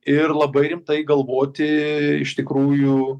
ir labai rimtai galvoti iš tikrųjų